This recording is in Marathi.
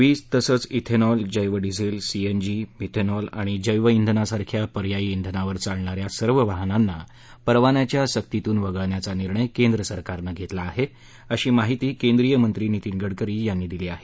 वीज तसंच इथेनॉल जैवडिझेल सीएनजी मिथेनॉल आणि जैवइंधनासारख्या पर्यायी इंधनावर चालणाऱ्या सर्व वाहनांना परवान्याच्या सक्तीतून वगळण्याचा निर्णय केंद्र सरकारनं घेतला आहे अशी माहिती केंद्रीय मंत्री नितीन गडकरी यांनी दिली आहे